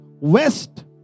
west